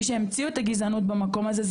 מי שהמציאו את הגזענות במקום הזה,